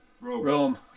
Rome